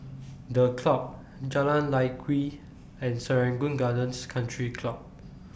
The Club Jalan Lye Kwee and Serangoon Gardens Country Club